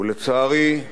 ולצערי,